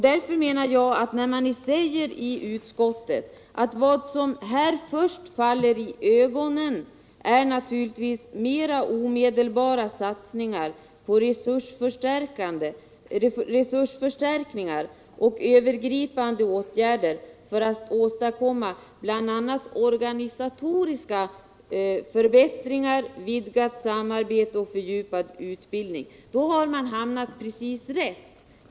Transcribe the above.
Därför menar jag att när man i utskottet skriver att vad ”som här först faller i ögonen är naturligtvis mera omedelbara satsningar på resursförstärkningar och övergripande åtgärder för att åstadkomma bl.a. organisatoriska förbättringar, vidgat samarbete och fördjupad utbildning” har man hamnat alldeles rätt.